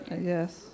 Yes